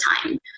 time